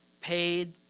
paid